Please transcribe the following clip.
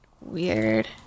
Weird